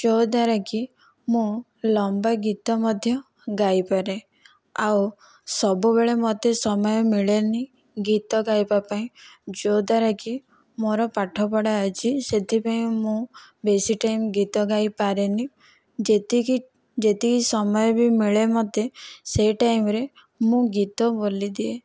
ଯଦ୍ଦ୍ୱାରା କି ମୁଁ ଲମ୍ବା ଗୀତ ମଧ୍ୟ ଗାଇପାରେ ଆଉ ସବୁବେଳେ ମୋତେ ସମୟ ମିଳେ ନାହିଁ ଗୀତ ଗାଇବାପାଇଁ ଯଦ୍ଦ୍ୱାରା କି ମୋର ପାଠପଢ଼ା ଅଛି ସେଥିପାଇଁ ମୁଁ ବେଶି ଟାଇମ୍ ଗୀତ ଗାଇପାରେ ନାହିଁ ଯେତିକି ଯେତିକି ସମୟ ବି ମିଳେ ମୋତେ ସେହି ଟାଇମ୍ରେ ମୁଁ ଗୀତ ବୋଲିଦିଏ